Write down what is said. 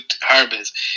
harvest